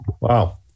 Wow